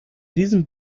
diesem